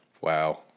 Wow